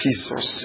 Jesus